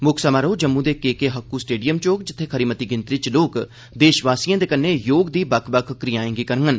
मुक्ख समारोह जम्मू दे के के हक्कू स्टेडियम च होग जित्थे खरी मती गिनतरी च लोक देषवासिए दे कन्नै योग दी बक्ख बक्ख क्रियाएँ गी करङन